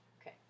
Okay